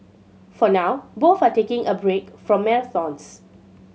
for now both are taking a break from marathons